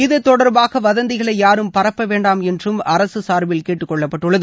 இது தொடர்பாக வதந்திகளை யாரும் பரப்ப வேண்டாம் என்றும் அரசு சார்பில் கேட்டுக்கொள்ளப்பட்டுள்ளது